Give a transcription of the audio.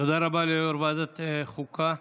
תודה רבה ליו"ר ועדת חוקה.